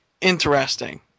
interesting